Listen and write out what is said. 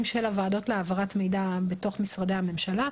של הוועדות להעברת מידע בתוך משרדי הממשלה.